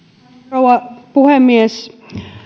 rouva puhemies